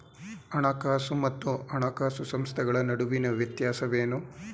ಹಣಕಾಸು ಮತ್ತು ಹಣಕಾಸು ಸಂಸ್ಥೆಗಳ ನಡುವಿನ ವ್ಯತ್ಯಾಸವೇನು?